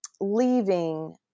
leaving